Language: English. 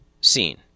scene